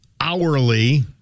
hourly